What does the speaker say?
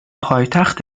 پایتخت